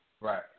right